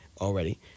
already